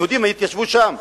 יהודים התיישבו שם,